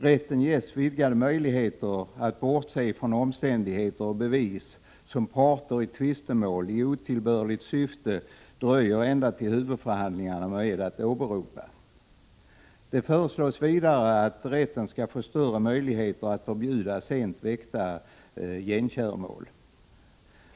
Rätten ges vidgade möjligheter att bortse från omständigheter och bevis som parter i tvistemål i otillbörligt syfte dröjer 145 ända till huvudförhandlingen med att åberopa. Det föreslås vidare att rätten skall få större möjligheter att förbjuda sent väckta genkäromål.